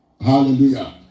Hallelujah